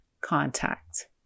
contact